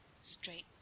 straight